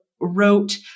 wrote